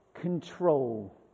control